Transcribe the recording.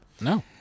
No